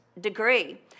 degree